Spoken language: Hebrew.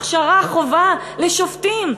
הכשרה חובה לשופטים.